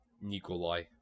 nikolai